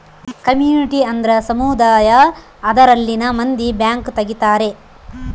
community ಅಂದ್ರ ಸಮುದಾಯ ಅದರಲ್ಲಿನ ಮಂದಿ ಬ್ಯಾಂಕ್ ತಗಿತಾರೆ